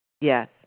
yes